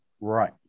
right